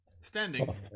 standing